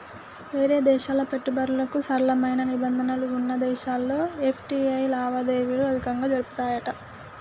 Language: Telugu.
వేరే దేశాల పెట్టుబడులకు సరళమైన నిబంధనలు వున్న దేశాల్లో ఎఫ్.టి.ఐ లావాదేవీలు అధికంగా జరుపుతాయట